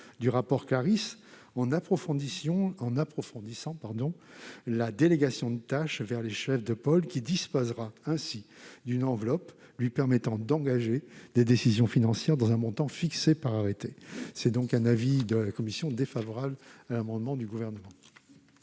du rapport Claris, en approfondissant la délégation de tâches vers les chefs de pôle, qui disposeront ainsi d'une enveloppe leur permettant d'engager des décisions financières dans un montant fixé par arrêté. La commission est donc défavorable à cet amendement du Gouvernement.